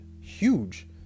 huge